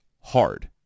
hard